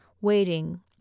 waiting